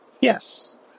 Yes